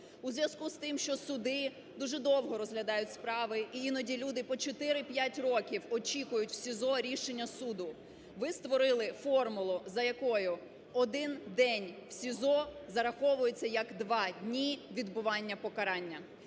у зв'язку із тим, що суди дуже довго розглядають справи і іноді люди по 4-5 років очікують в СІЗО рішення суду, ви створили формулу, за якою один день в СІЗО зараховується як два дні відбування покарання.